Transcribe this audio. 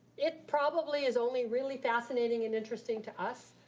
it probably is only really fascinating and interesting to us,